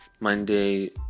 Monday